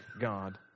God